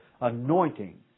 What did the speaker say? anointing